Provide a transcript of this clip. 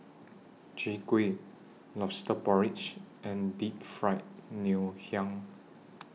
Chwee Kueh Lobster Porridge and Deep Fried Ngoh Hiang